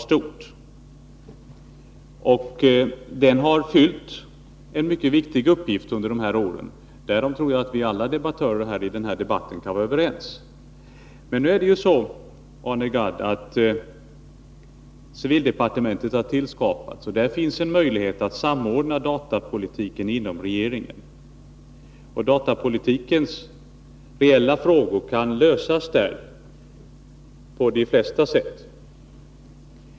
Delegationen har fyllt en mycket viktig uppgift under de här åren, därom tror jag att alla som deltar i den här debatten kan vara överens. Nu är det emellertid så, Arne Gadd, att civildepartementet har inrättats, och där finns en möjlighet att samordna datapolitiken inom regeringen. Datapolitikens reella frågor kan lösas där.